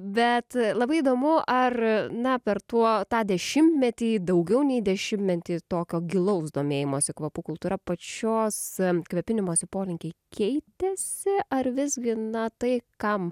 bet labai įdomu ar na per tuo tą dešimtmetį daugiau nei dešimtmetį tokio gilaus domėjimosi kvapų kultūra pačios kvepinimosi polinkiai keitėsi ar visgi na tai kam